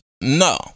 no